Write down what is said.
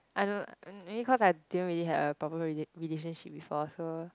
I know maybe cause I didn't really have a proper rela~ relationship before so